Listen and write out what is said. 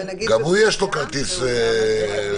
גם הוא יש לו כרטיס אלקטרוני.